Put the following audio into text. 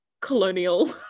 colonial